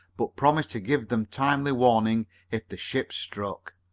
but promised to give them timely warning if the ship struck.